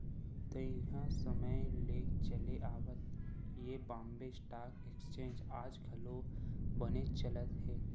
तइहा समे ले चले आवत ये बॉम्बे स्टॉक एक्सचेंज आज घलो बनेच चलत हे